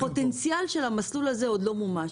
חשוב לומר שהפוטנציאל של המסלול הזה עוד לא מומש.